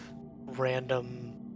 random